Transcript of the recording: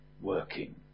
working